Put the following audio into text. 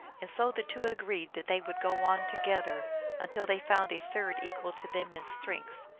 and so the two agreed that they would go on to gether until they found a third equal to them in strength,